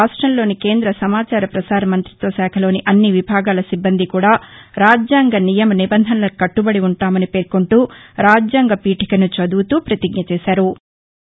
రాష్టంలోని కేంద్ర సమాచార పసార మంత్రిత్వ శాఖలోని అన్ని విభాగాల సిబ్బంది కూడా రాజ్యాంగ నియమ నిబంధనలకు కట్టుబడి ఉంటామని పేర్కొంటూ రాజ్యాంగ పీఠికను చదువుతూ పతిజ్ఞ చేశారు